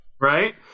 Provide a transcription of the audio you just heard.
Right